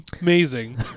amazing